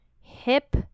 hip